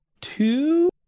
two